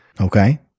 okay